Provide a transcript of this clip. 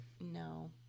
No